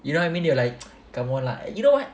you know what I mean you are like come on lah you know what